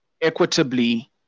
equitably